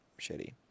shitty